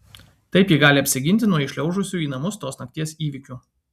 taip ji gali apsiginti nuo įšliaužusių į namus tos nakties įvykių